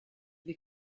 vais